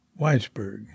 Weisberg